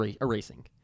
erasing